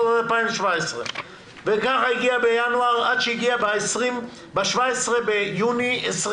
וככה הגיע עד שהגיע ב-17 ביולי 2020